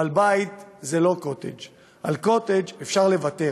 אבל בית זה לא קוטג'; על קוטג' אפשר לוותר,